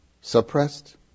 suppressed